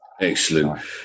Excellent